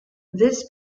this